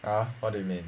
ah what do you mean